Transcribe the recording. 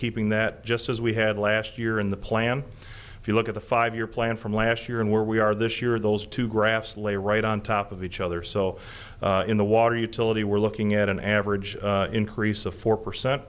keeping that just as we had last year in the plan if you look at the five year plan from last year and where we are this year those two graphs lay right on top of each other so in the water utility we're looking at an average increase of four percent